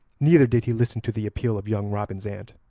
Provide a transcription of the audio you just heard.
neither did he listen to the appeal of young robin's aunt.